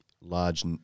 Large